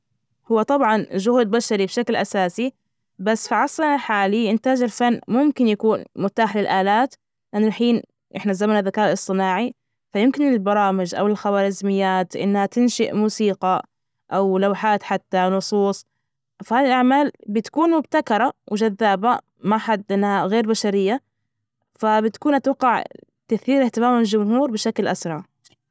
هو طبعا جهد بشري بشكل أساسي، بس في عصرنا الحالي إنتاج الفن ممكن يكون متاح للآلات، لأنه الحين نحن فى زمن الذكاء الإصطناعي، فيمكن للبرامج أو الخوارزميات إنها تنشئ موسيقى أو لوحات حتى نصوص، فهذه الأعمال بتكون مبتكرة وجذابة، ما حدنا غير بشرية، فبتكون أتوقع تثير اهتمام الجمهور بشكل أسرع.